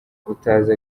utazi